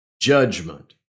judgment